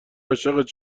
عاشقت